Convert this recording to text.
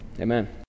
Amen